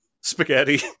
spaghetti